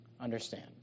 understand